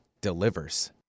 delivers